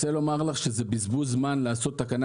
אני רוצה לומר לך שזה בזבוז זמן לעשות תקנה